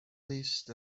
list